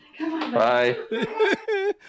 Bye